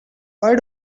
why